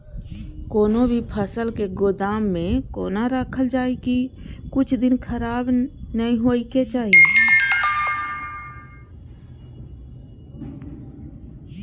कोनो भी फसल के गोदाम में कोना राखल जाय की कुछ दिन खराब ने होय के चाही?